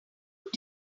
took